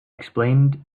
explained